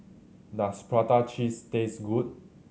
does prata cheese taste good